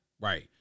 Right